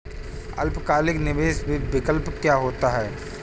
अल्पकालिक निवेश विकल्प क्या होता है?